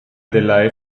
della